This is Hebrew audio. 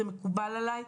זה מקובל עליי,